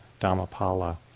Dhammapala